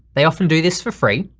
they often do this for free.